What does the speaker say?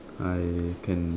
I can